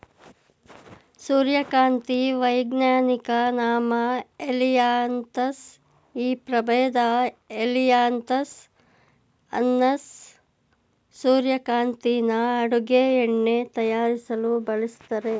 ಸೂರ್ಯಕಾಂತಿ ವೈಜ್ಞಾನಿಕ ನಾಮ ಹೆಲಿಯಾಂತಸ್ ಈ ಪ್ರಭೇದ ಹೆಲಿಯಾಂತಸ್ ಅನ್ನಸ್ ಸೂರ್ಯಕಾಂತಿನ ಅಡುಗೆ ಎಣ್ಣೆ ತಯಾರಿಸಲು ಬಳಸ್ತರೆ